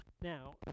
Now